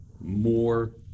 more